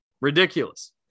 Ridiculous